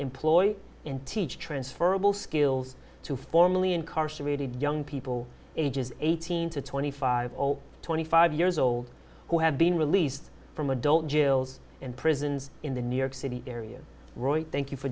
employ in teach transferable skills to formally incarcerated young people ages eighteen to twenty five or twenty five years old who have been released from adult jails and prisons in the new york city area roy thank you for